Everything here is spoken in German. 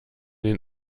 den